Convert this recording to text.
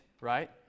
right